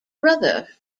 brother